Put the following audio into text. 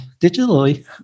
digitally